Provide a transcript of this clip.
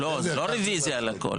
לא, זה לא רביזיה על הכל.